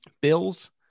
Bills